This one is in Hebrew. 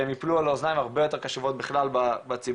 שהם יפלו על אוזניים הרבה יותר קשובות בכלל בציבור.